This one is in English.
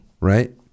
right